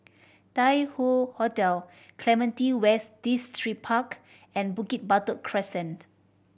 Tai Hoe Hotel Clementi West Distripark and Bukit Batok Crescent